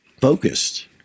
focused